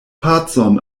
pacon